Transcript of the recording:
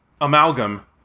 amalgam